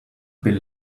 been